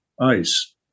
ice